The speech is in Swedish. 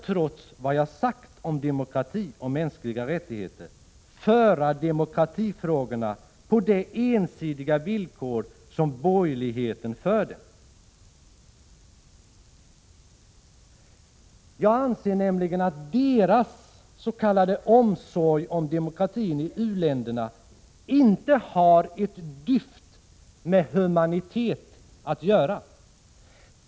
Trots vad jag har sagt om demokrati och mänskliga rättigheter skall jag föra debatten om demokratifrågorna på de ensidiga villkor som borgerligheten för den. Jag anser nämligen att deras s.k. omsorg om demokratin i u-länderna inte har ett dyft med humanitet att göra.